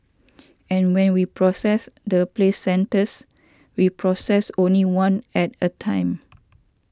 and when we process the placentas we process only one at a time